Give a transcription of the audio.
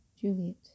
Juliet